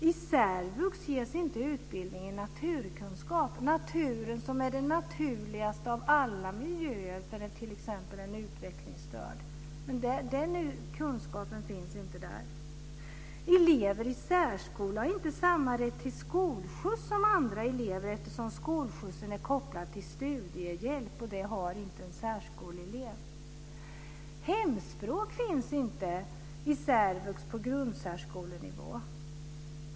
I särvux ges inte utbildning i naturkunskap, naturen som är den naturligaste av alla miljöer för att t.ex. för en utvecklingsstörd. Men den kunskapen ges inte där. Elever i särskola har inte samma rätt till skolskjuts som andra elever, eftersom skolskjutsen är kopplad till studiehjälp, och det har inte en särskoleelev. Hemspråk finns inte i särvux på grundsärskolenivå.